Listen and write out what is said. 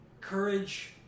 courage